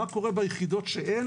מה קורה ביחידות שאין